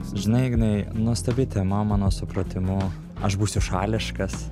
žinai ignai nuostabi tema mano supratimu aš būsiu šališkas